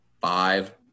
Five